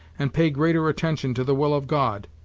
and pay greater attention to the will of god.